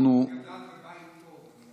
היא גדלה בבית טוב.